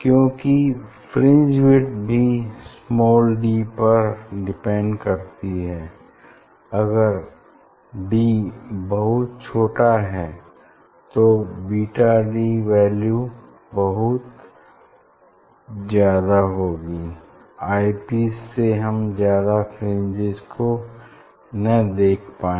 क्यूंकि fringe width भी small D पर डिपेंड करती है अगर d बहुत छोटा है तो बीटा की वैल्यू बहुत ज्यादा होगी आई पीस से हम शायद फ्रिंजेस को न देख पाएं